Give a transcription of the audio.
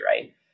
right